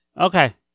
Okay